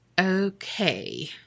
okay